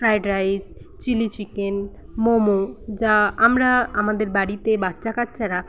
fried rice chilli chicken momo যা আমরা আমাদের বাড়িতে বাচ্চা কাচ্চারা